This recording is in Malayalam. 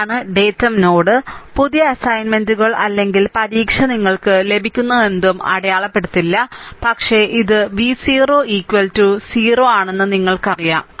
ഇതാണ് ഡേറ്റം നോഡ് പുതിയ അസൈൻമെന്റുകൾ അല്ലെങ്കിൽ പരീക്ഷ നിങ്ങൾക്ക് ലഭിക്കുന്നതെന്തും അടയാളപ്പെടുത്തില്ല പക്ഷേ ഇത് v 0 0 ആണെന്ന് നിങ്ങൾക്കറിയാം